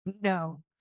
No